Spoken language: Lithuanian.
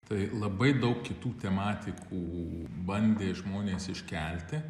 tai labai daug kitų tematikų bandė žmonės iškelti